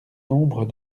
nombre